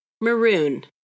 maroon